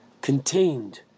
contained